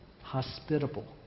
hospitable